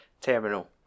terminal